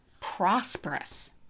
prosperous